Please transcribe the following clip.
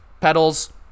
pedals